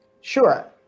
Sure